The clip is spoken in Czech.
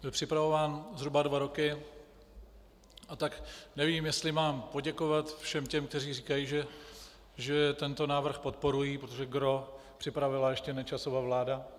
Byl připravován zhruba dva roky, a tak nevím, jestli mám poděkovat všem těm, kteří říkají, že tento návrh podporují, protože gros připravila ještě Nečasova vláda.